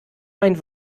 meinen